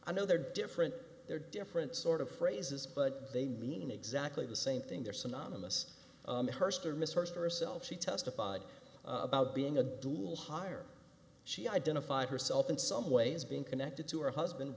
i know they're different they're different sort of phrases but they mean exactly the same thing they're synonymous or self she testified about being a dual hire she identified herself in some way as being connected to her husband